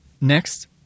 next